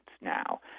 now